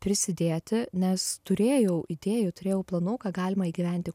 prisidėti nes turėjau idėjų turėjau planų ką galima įgyventi